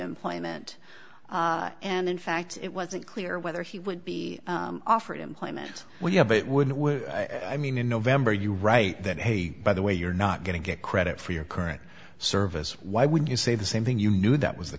employment and in fact it wasn't clear whether he would be offered employment when you have it wouldn't i mean in november you write that hey by the way you're not going to get credit for your current service why would you say the same thing you knew that was the